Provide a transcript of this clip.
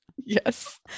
yes